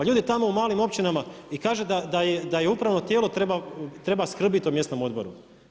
Ljudi tamo u malim općinama i kaže da upravno tijelo treba skrbiti o mjesnom odboru.